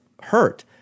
hurt